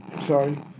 Sorry